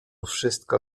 wszystko